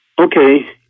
okay